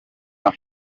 nuko